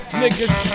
niggas